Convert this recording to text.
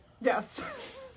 Yes